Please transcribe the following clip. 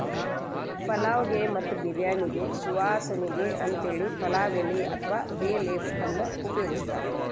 ಪಲಾವ್ ಗೆ ಮತ್ತ ಬಿರ್ಯಾನಿಗೆ ಸುವಾಸನಿಗೆ ಅಂತೇಳಿ ಪಲಾವ್ ಎಲಿ ಅತ್ವಾ ಬೇ ಲೇಫ್ ಅನ್ನ ಉಪಯೋಗಸ್ತಾರ